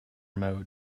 mode